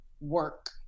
work